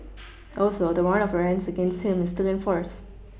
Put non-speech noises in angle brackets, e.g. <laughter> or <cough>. <noise> also the warrant of arrest against him is still in force